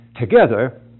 Together